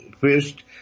first